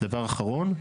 דבר אחרון,